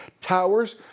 Towers